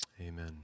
Amen